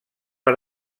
per